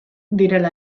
direla